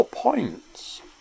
points